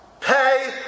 pay